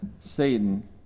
Satan